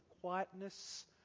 quietness